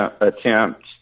attempt